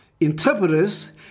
interpreters